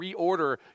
reorder